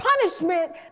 punishment